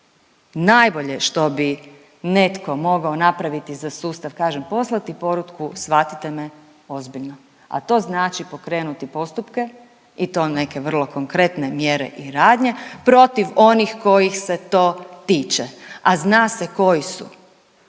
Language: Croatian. Najbolje što bi netko mogao napraviti za sustav kažem poslati poruku shvatite me ozbiljno, a to znači pokrenuti postupke i to neke vrlo konkretne mjere i radnje protiv onih kojih se to tiče, a zna se koji su.